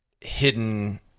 hidden